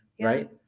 right